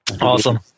Awesome